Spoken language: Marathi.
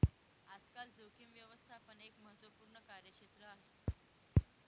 आजकाल जोखीम व्यवस्थापन एक महत्त्वपूर्ण कार्यक्षेत्र आहे